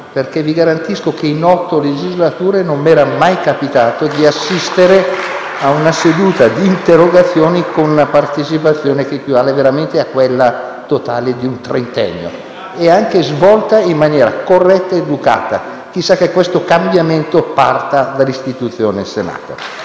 perché vi garantisco che in otto legislature non mi era mai capitato di assistere ad una seduta di interrogazioni con una partecipazione che equivale veramente a quella totale di un trentennio. È stata anche una seduta svolta in maniera corretta ed educata: chissà che questo cambiamento non parta dall'istituzione Senato.